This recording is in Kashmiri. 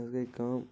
پتہٕ حظ گٔے کأم